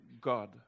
God